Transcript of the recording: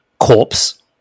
corpse